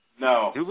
No